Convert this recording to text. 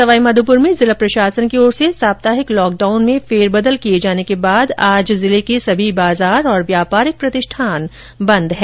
सवाई माधोपुर में जिला प्रशासन की ओर से साप्ताहिक लॉकडाउन में फेरबदल किए जाने के बाद आज जिले के सभी बाजार और व्यापारिक प्रतिष्ठान बंद है